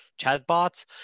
chatbots